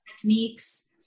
techniques